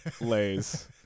lays